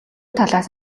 талаас